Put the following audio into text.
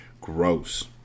Gross